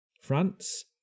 France